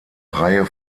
reihe